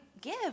give